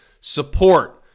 support